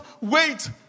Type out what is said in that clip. wait